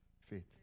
Faith